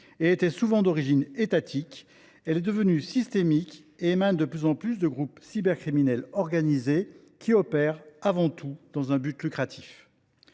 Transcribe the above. et était souvent d’origine étatique, elle est devenue systémique, émanant de plus en plus de groupes cybercriminels organisés, qui opèrent avant tout dans un but lucratif.